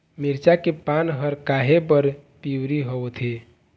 मिरचा के पान हर काहे बर पिवरी होवथे?